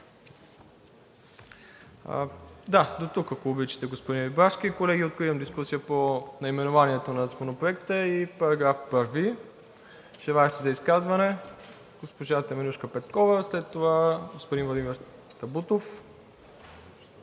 Да, дотук, ако обичате, господин Рибарски. Колеги, откривам дискусия по наименованието на Законопроекта и § 1. Желаещи за изказване? Госпожа Теменужка Петкова, след това господин Владимир Табутов.